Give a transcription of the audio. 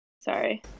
Sorry